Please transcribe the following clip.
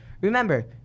Remember